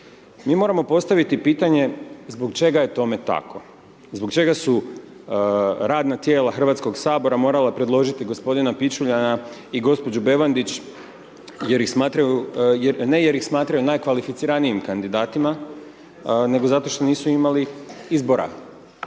Mi moramo postaviti pitanje zbog čega je tome tako, zbog čega su radna tijela Hrvatskog sabora morala predložiti gospodina Pičuljana i gospođu Bevandić, jer ih smatraju, ne jer ih smatraju najkvalificiranijim kandidatima, nego zato što nisu imali izbora,